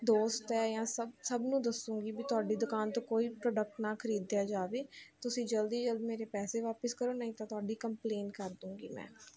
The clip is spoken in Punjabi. ਦੋਸਤ ਹੈ ਜਾਂ ਸਭ ਸਭ ਨੂੰ ਦੱਸੂਗੀ ਵੀ ਤੁਹਾਡੀ ਦੁਕਾਨ ਤੋਂ ਕੋਈ ਪ੍ਰੋਡਕਟ ਨਾ ਖਰੀਦਿਆ ਜਾਵੇ ਤੁਸੀਂ ਜਲਦੀ ਜਲਦੀ ਮੇਰੇ ਪੈਸੇ ਵਾਪਿਸ ਕਰੋ ਨਹੀਂ ਤਾਂ ਤੁਹਾਡੀ ਕੰਪਲੇਨ ਕਰ ਦਊਂਗੀ ਮੈਂ